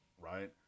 right